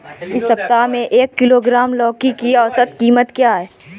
इस सप्ताह में एक किलोग्राम लौकी की औसत कीमत क्या है?